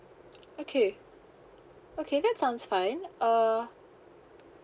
okay okay that sounds fine uh